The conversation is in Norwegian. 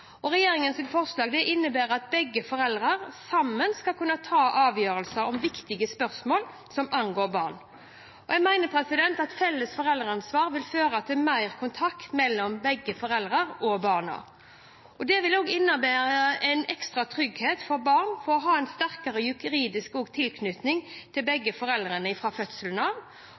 forslag innebærer at foreldrene sammen skal kunne ta avgjørelser om viktige spørsmål som angår barnet. Jeg mener at felles foreldreansvar vil føre til mer kontakt mellom begge foreldrene og barna. Det vil også innebære en ekstra trygghet for barn å ha en sterkere juridisk tilknytning til begge foreldrene fra fødselen av, og så kan man ha en enkel måte å endre det utgangspunktet på i